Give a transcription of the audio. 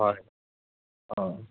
হয় অঁ